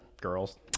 girls